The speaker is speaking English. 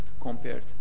compared